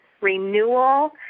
renewal